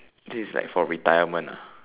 this is like for retirement ah